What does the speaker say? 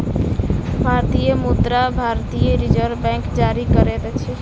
भारतीय मुद्रा भारतीय रिज़र्व बैंक जारी करैत अछि